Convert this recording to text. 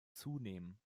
zunehmen